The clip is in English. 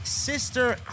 Sister